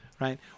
right